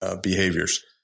behaviors